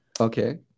Okay